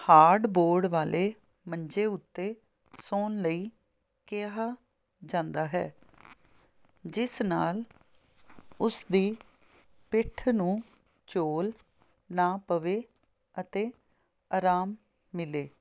hard board ਵਾਲੇ ਮੰਜੇ ਉੱਤੇ ਸੌਣ ਲਈ ਕਿਹਾ ਜਾਂਦਾ ਹੈ ਜਿਸ ਨਾਲ ਉਸਦੀ ਪਿੱਠ ਨੂੰ ਝੋਲ ਨਾ ਪਵੇ ਅਤੇ ਆਰਾਮ ਮਿਲੇ